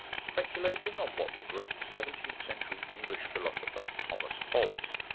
speculating on what the great seventeenth century english philosopher, thomas hobbes,